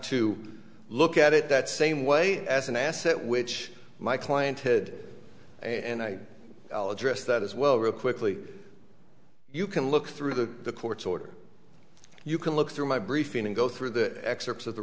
to look at it that same way as an asset which my client hid and i shall address that as well real quickly you can look through the court's order you can look through my briefing and go through the excerpts of the